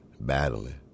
battling